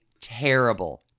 terrible